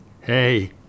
Hey